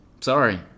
Sorry